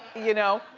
you know?